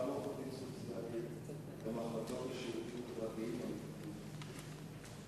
עובדים סוציאליים במחלקות לשירותים חברתיים המטפלים